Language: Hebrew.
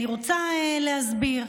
אני רוצה להסביר.